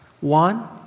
One